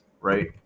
right